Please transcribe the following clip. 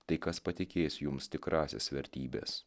tai kas patikės jums tikrąsias vertybes